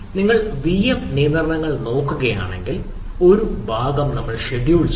നിങ്ങൾ വിഎം നിയന്ത്രണങ്ങൾ നോക്കുകയാണെങ്കിൽ ഒരു ഭാഗം ഷെഡ്യൂൾ ചെയ്യുന്നു